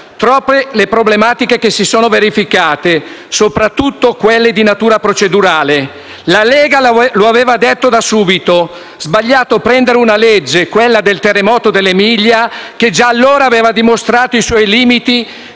sono le problematiche che si sono verificate, soprattutto quelle di natura procedurale. La Lega lo avevo detto da subito: è sbagliato prendere una legge, quella del terremoto dell'Emilia, che già allora aveva dimostrato i suoi limiti